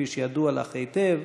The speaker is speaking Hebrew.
כפי שידוע לך היטב,